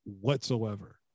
whatsoever